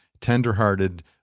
tenderhearted